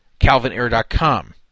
calvinair.com